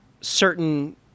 certain